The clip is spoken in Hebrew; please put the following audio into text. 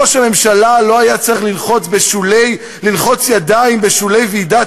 ראש הממשלה לא היה צריך ללחוץ ידיים בשולי ועידת